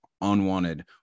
unwanted